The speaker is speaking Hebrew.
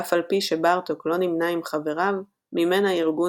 ואף על פי שבארטוק לא נמנה עם חבריו מימן הארגון